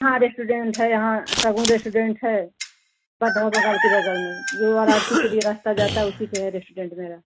हाँ रेस्टूरेंट है यहाँ सबों रेस्टूरेंट है बद्धव बगल के बगल में युवा राशी के लिए रास्ता जाता उसी पर है रेस्टूरेंट मेरा